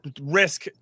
risk